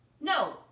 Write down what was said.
No